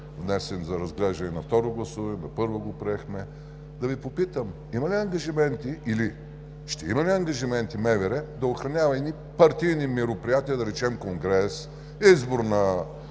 внесен за разглеждане на второ гласуване, на първо го приехме, да Ви попитам: има ли ангажименти, или ще има ли ангажименти МВР да охранява едни партийни мероприятия, да речем, конгрес, избор на